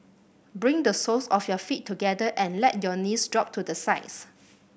bring the soles of your feet together and let your knees drop to the sides